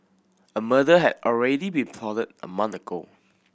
a murder had already been plotted a month ago